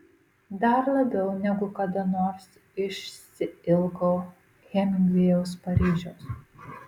dar labiau negu kada nors išsiilgau hemingvėjaus paryžiaus